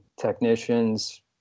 technicians